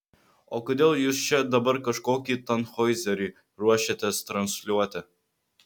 o kodėl jūs čia dabar kažkokį tanhoizerį ruošiatės transliuoti